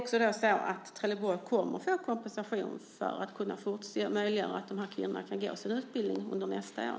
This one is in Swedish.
Kommer Trelleborg att få kompensation för att kunna göra det möjligt för dessa kvinnor att gå utbildningen under nästa år?